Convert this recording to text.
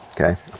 okay